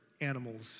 animals